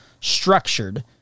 structured